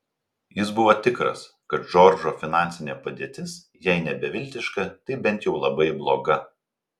jis buvo tikras kad džordžo finansinė padėtis jei ne beviltiška tai bent jau labai bloga